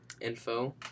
info